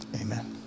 amen